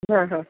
हां हां